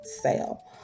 sale